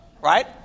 right